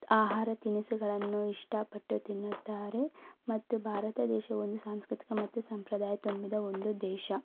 ಆಹಾರ ತಿನಿಸುಗಳನ್ನು ಇಷ್ಟಪಟ್ಟು ತಿನ್ನುತ್ತಾರೆ ಮತ್ತು ಭಾರತ ದೇಶವನ್ನು ಸಾಂಸ್ಕೃತಿಕ ಮತ್ತು ಸಂಪ್ರದಾಯ ತುಂಬಿದ ಒಂದು ದೇಶ